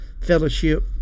fellowship